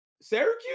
Syracuse